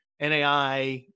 NAI